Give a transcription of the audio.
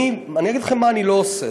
אני אגיד לכם מה אני לא עושה,